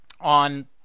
on